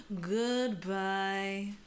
Goodbye